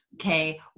okay